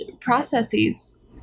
processes